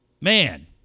man